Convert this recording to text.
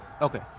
Okay